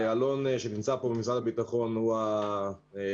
אלון שנמצא פה ממשרד הביטחון הוא הנציג